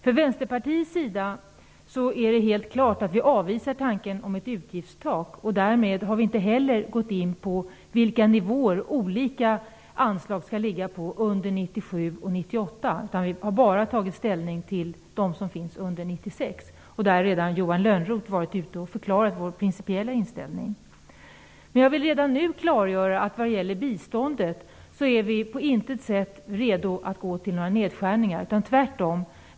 Från Vänsterpartiets sida avvisar vi helt klart tanken på ett utgiftstak. Därmed har vi inte heller gått in på vilka nivåer olika anslag skall ligga på under 1997 och 1998. Vi har bara tagit ställning till de som finns under 1996. Johan Lönnroth har redan förklarat vår principiella inställning. Jag vill dock redan nu klargöra att vi på intet sätt är redo att gå med på några nedskärningar vad gäller biståndet.